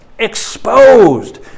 exposed